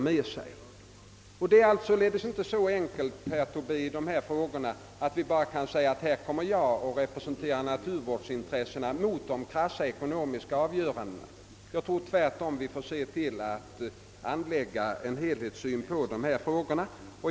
Dessa frågor är således inte så enkla, herr Tobé, att vi bara kan säga: »Här kommer jag och representerar naturvårdsintressena mot de krassa ekonomiska avgörandena.» Jag tror tvärtom att vi måste anlägga en helhetssyn på dessa frågor.